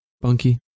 Bunky